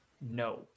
no